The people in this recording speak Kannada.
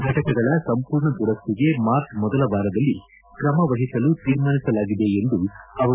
ಫೆಟಕಗಳ ಸಂಪೂರ್ಣ ದುರಸ್ಥಿಗೆ ಮಾರ್ಚ್ ಮೊದಲ ವಾರದಲ್ಲಿ ಕ್ರಮ ವಹಿಸಲು ತೀರ್ಮಾನಿಸಲಾಗಿದೆ ಎಂದರು